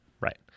Right